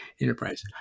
Enterprise